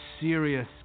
serious